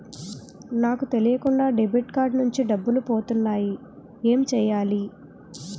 నాకు తెలియకుండా debit card నుంచి డబ్బులు పోతున్నాయి ఎం చెయ్యాలి?